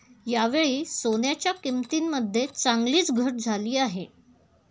यावेळी सोन्याच्या किंमतीमध्ये चांगलीच घट झाली आहे